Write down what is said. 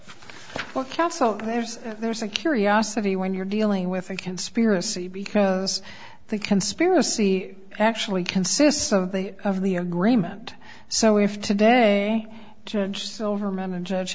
counts so there's there's a curiosity when you're dealing with a conspiracy because the conspiracy actually consists of the of the agreement so if today judge silverman a judge